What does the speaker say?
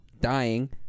dying